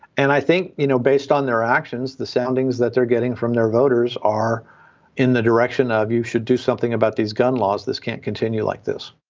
and i think you know based on their actions the soundings that they're getting from their voters are in the direction of you should do something about these gun laws. this can't continue like this